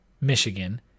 Michigan